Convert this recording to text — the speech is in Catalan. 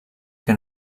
que